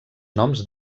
noms